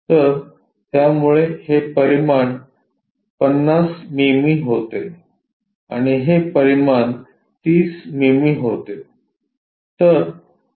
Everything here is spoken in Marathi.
तरत्यामुळे हे परिमाण 50 मिमी होते आणि हे परिमाण 30 मिमी होते